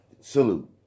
Salute